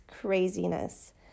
craziness